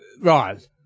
Right